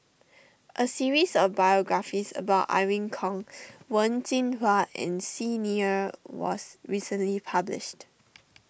a series of biographies about Irene Khong Wen Jinhua and Xi Ni Er was recently published